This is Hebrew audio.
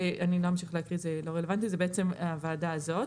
זה בעצם הוועדה הזאת.